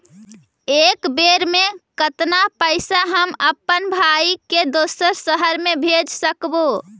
एक बेर मे कतना पैसा हम अपन भाइ के दोसर शहर मे भेज सकबै?